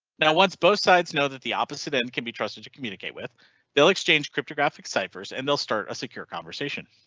now once both sides know that the opposite end can be trusted to communicate with their exchange cryptographic ciphers and they'll start a secure conversation.